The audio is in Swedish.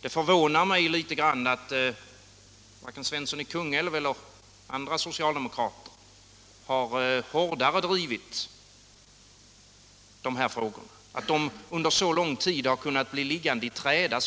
Det förvånar mig litet att varken herr Svensson i Kungälv eller andra socialdemokrater hårdare har drivit dessa frågor, att frågorna under så lång tid har kunnat bli liggande i träda.